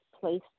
place